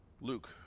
Luke